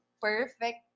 perfect